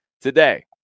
today